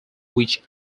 which